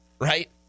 right